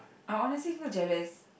I honestly feel jealous